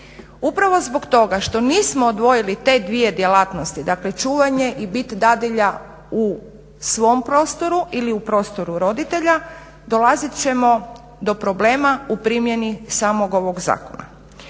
Upravo zbog toga što nismo odvojili te dvije djelatnosti, dakle čuvanje i bit dadilja u svom prostoru ili u prostoru roditelja dolazit ćemo do problema u primjeni samog ovog zakona.